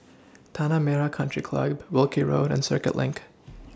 Tanah Merah Country Club Wilkie Road and Circuit LINK